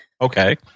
Okay